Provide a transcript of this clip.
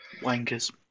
Wankers